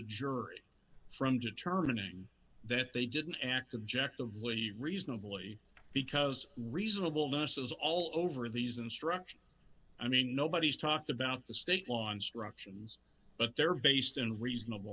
jury from determining that they didn't act objective lady reasonably because reasonable notice is all over these instructions i mean nobody's talked about the state law instructions but they're based in reasonable